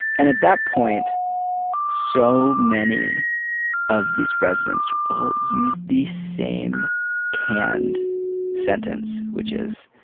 and at that point so many of these residents all use these same canned sentence which is